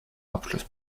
abschluss